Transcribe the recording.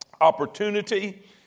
opportunity